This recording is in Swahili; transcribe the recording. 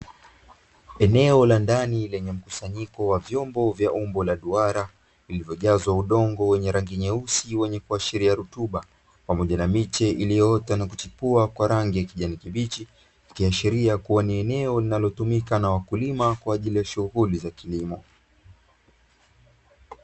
Eneo la ndani lenye mkusanyiko wa vyombo vya umbo la duara vilivyojazwa udongo wenye rangi nyeusi wenye kuashiria rutuba pamoja na miche iliyoota na kuchipua kwa rangi ya kijani kibichi, ikiashiria kuwa ni eneo linalotumika na wakulima kwa ajili ya shughuli ya kilimo.